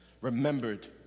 remembered